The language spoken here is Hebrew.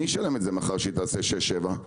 מי ישלם את זה מחר שהיא תעשה שישה או שבעה סופרים?